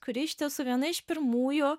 kuri iš tiesų viena iš pirmųjų